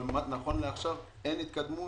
אבל נכון לעכשיו אין התקדמות.